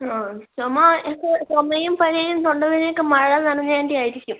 ആ ചുമ ഇപ്പം ചുമയും പനിയും തൊണ്ടവേദനയൊക്കെ മഴ നനഞ്ഞതിൻ്റ ആയിരിക്കും